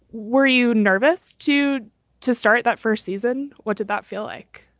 were you nervous to to start that first season? what did that feel like?